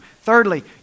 Thirdly